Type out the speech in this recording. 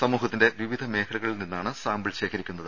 സമൂഹത്തിന്റെ വിവിധ മേഖലകളിൽ നിന്നാണ് സാമ്പിൾ ശേഖരിക്കുന്നത്